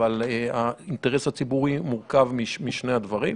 אבל האינטרס הציבורי מורכב משני הדברים.